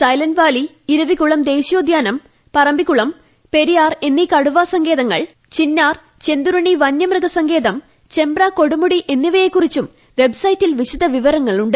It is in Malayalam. സൈലന്റ്വാലി ഇരവികുളം ദേശീയോദ്യാനം പറമ്പിക്കുളം പെരിയാർ എന്നീ കടുവാസങ്കേതങ്ങൾ ചിന്നാർ ചെന്തുരുണി വന്യമൃഗസങ്കേതം ചെമ്പ്ര കൊടുമുടി എന്നിവയെ കുറിച്ചും വെബ്സൈറ്റിൽ വിശദ വിവരങ്ങളുണ്ട്